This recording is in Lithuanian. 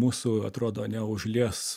mūsų atrodo neužlies